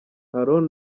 aaron